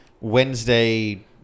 Wednesday